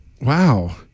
wow